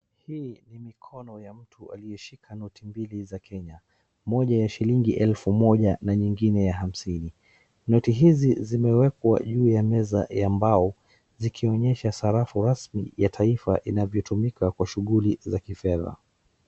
Hii ni mikono ya mtu aliyeshika Noti mbili za Kenya. Moja ya shilingi elfu moja na nyingine ya hamsini. Noti hizi zimewekwa juu ya meza ya mbao, zikionyesha sarafu rasmi ya taifa inavyotumika kwa shughuli za kifedha.